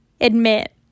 admit